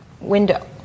window